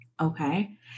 Okay